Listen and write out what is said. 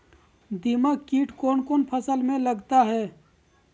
दीमक किट कौन कौन फसल में लगता है?